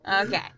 Okay